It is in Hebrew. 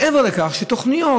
מעבר לכך שתוכניות,